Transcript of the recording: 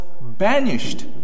banished